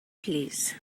please